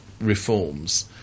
reforms